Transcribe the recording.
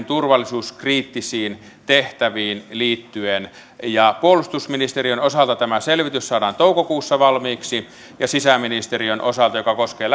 turvallisuuskriittisiin tehtäviinsä liittyen puolustusministeriön osalta tämä selvitys saadaan toukokuussa valmiiksi ja sisäministeriön osalta koskee